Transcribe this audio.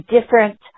different